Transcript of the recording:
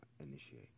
initiate